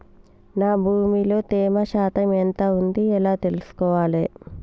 నా భూమి లో తేమ శాతం ఎంత ఉంది ఎలా తెలుసుకోవాలే?